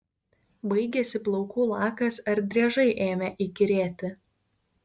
baigėsi plaukų lakas ar driežai ėmė įkyrėti